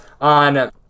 on